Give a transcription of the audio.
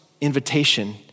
invitation